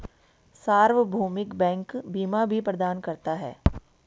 सार्वभौमिक बैंक बीमा भी प्रदान करता है